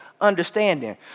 understanding